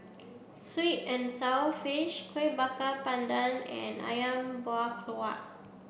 Sweet and Sour Fish Kueh Bakar Pandan and Ayam Buah Keluak